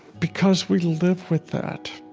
because we live with that,